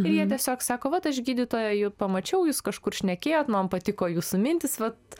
ir jie tiesiog sako vat aš gydytoja jau pamačiau jus kažkur šnekėjot man patiko jūsų mintys vat